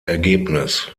ergebnis